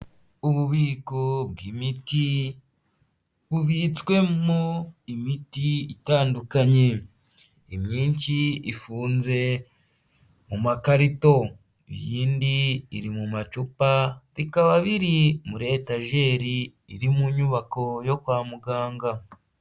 Ububiko bw'imiti bubitswemo imiti itandukanye. Imyinshi ifunze mu makarito, iy'indi iri mu macupa bikaba biri muri etajeri iri mu nyubako yo kwa muganga.